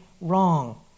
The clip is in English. wrong